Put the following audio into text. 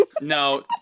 No